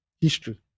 history